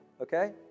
okay